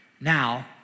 Now